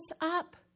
up